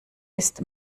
ist